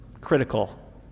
Critical